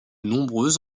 nombreux